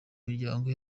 miryango